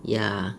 ya